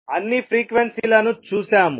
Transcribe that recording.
అన్నీ ఫ్రీక్వెన్సీలను చూసాము